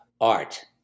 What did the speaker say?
art